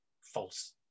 false